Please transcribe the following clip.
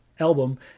album